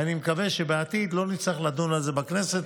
ואני מקווה שבעתיד לא נצטרך לדון על זה בכנסת.